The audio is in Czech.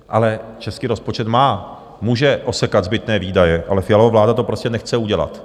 Ale český rozpočet má, může osekat zbytné výdaje, ale Fialova vláda to prostě nechce udělat.